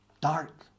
Dark